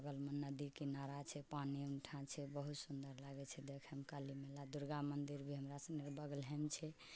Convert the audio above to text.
ओकरा बाद बगलमे नदीके किनारा छै पानि ओहिठाम छै बहुत सुन्दर लागै छै देखयमे काली मेला दुर्गा मन्दिर भी हमरा सनिके बगलेमे छै